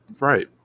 right